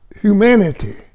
humanity